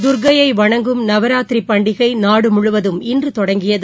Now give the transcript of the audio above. தர்க்கையை வணங்கும் நவராத்திரி பண்டிகை நாடு முழுவதும் இன்று தொடங்கியது